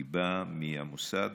היא באה מהמוסד